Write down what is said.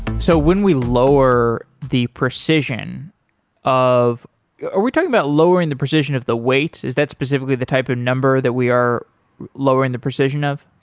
so when we lower the precision of are we talking about lowering the precision of the weight? is that specifically the type of number that we are lowering the precision of?